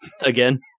again